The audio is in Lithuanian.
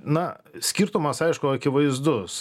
na skirtumas aišku akivaizdus